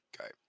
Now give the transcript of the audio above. Okay